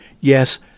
Yes